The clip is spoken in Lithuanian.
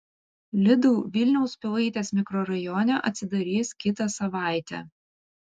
lidl vilniaus pilaitės mikrorajone atsidarys kitą savaitę